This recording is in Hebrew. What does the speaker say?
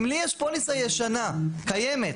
אם לי יש פוליסה ישנה קיימת,